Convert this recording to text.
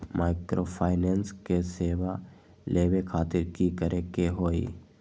Microfinance के सेवा लेबे खातीर की करे के होई?